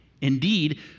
Indeed